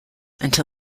until